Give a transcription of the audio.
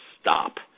stop